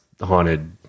haunted